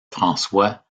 françois